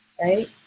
right